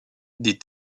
des